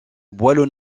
boileau